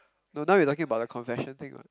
no now you talking about the confession thing [what]